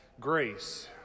grace